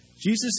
Jesus